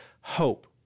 hope